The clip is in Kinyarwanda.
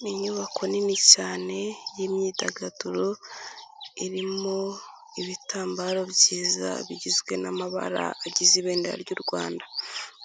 Ni inyubako nini cyane y'imyidagaduro, irimo ibitambaro byiza bigizwe n'amabara agize Ibendera ry'u Rwanda.